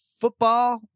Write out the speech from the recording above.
football